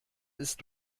ist